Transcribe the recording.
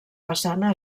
façana